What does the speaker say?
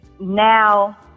now